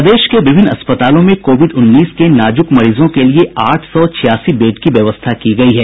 प्रदेश के विभिन्न अस्पतालों में कोविड उन्नीस के नाजुक मरीजों के लिये आठ सौ छियासी बेड की व्यवस्था की गयी है